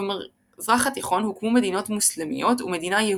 ובמזרח התיכון הוקמו מדינות מוסלמיות ומדינה יהודית,